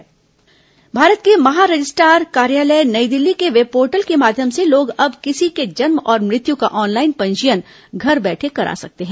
जन्म मृत्यु ऑनलाइन पंजीयन भारत के महा रजिस्टार कार्यालय नई दिल्ली के वेबपोर्टल के माध्यम से लोग अब किसी के जन्म और मृत्यु का ऑनलाइन पंजीयन घर बैठे करा सकते हैं